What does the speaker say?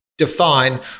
define